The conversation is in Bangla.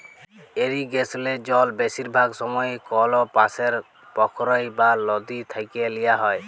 ইরিগেসলে জল বেশিরভাগ সময়ই কল পাশের পখ্ইর বা লদী থ্যাইকে লিয়া হ্যয়